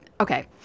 okay